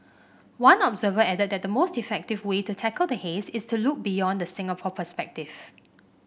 one observer added that the most effective way to tackle the haze is to look beyond the Singapore perspective